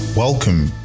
Welcome